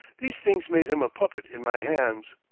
these things made him a puppet in my hands.